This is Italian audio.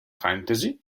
fantasy